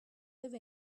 live